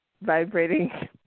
vibrating